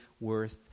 worth